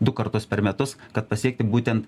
du kartus per metus kad pasiekti būtent